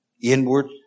inward